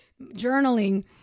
journaling